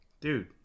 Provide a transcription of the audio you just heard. Dude